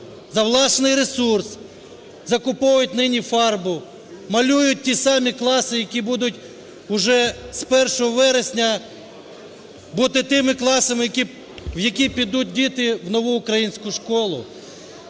за власний ресурс закуповують нині фарбу, малюють ті самі класи, які будуть уже з 1 вересня тими класами, в які підуть діти, в нову українську школу.